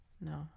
No